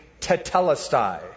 tetelestai